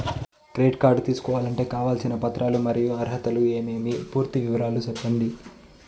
Credit card తీసుకోవాలంటే కావాల్సిన పత్రాలు మరియు అర్హతలు ఏమేమి పూర్తి వివరాలు సెప్పండి?